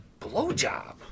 blowjob